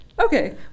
Okay